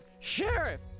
Sheriff